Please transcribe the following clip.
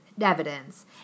evidence